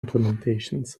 implementations